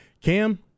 Cam